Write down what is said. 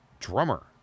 drummer